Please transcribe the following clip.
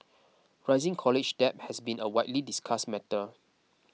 rising college debt has been a widely discussed matter